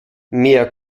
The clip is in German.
mehr